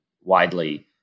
widely